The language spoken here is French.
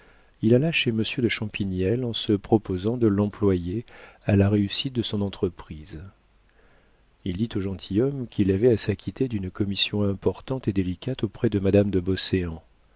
il alla chez monsieur de champignelles en se proposant de l'employer à la réussite de son entreprise il dit au gentilhomme qu'il avait à s'acquitter d'une commission importante et délicate auprès de madame de